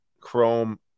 Chrome